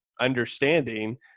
understanding